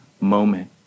moment